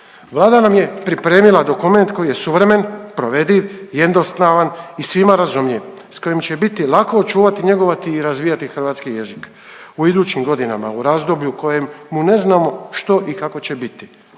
Vlada nam je pripremila dokument koji je suvremen, provediv, jednostavan i svima razumljiv, s kojim će biti lako očuvati, njegovati i razvijati hrvatski jezik u idućim godinama, u razdoblje u kojem mu ne znamo što i kako će biti,